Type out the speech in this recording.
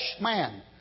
man